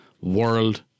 world